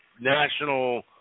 national